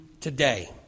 today